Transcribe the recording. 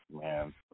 man